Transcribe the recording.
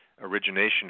origination